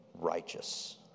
Righteous